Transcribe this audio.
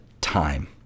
TIME